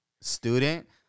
student